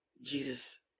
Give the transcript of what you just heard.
Jesus